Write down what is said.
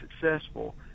successful